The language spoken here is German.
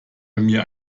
mir